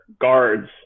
guards